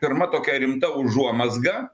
pirma tokia rimta užuomazga